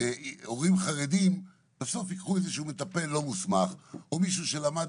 הורים חרדים ייקחו איזשהו מטפל לא מוסמך או מישהו שלמד,